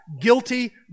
Guilty